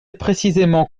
précisément